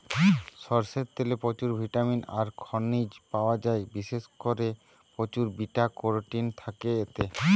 সরষের তেলে প্রচুর ভিটামিন আর খনিজ পায়া যায়, বিশেষ কোরে প্রচুর বিটা ক্যারোটিন থাকে এতে